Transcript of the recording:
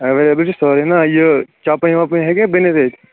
available چھُ سورُے نا یہ چَپٕنۍ وپٕنۍ ہیٚکیا بٔنِتھ اتہِ